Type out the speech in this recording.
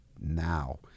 now